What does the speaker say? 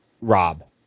Rob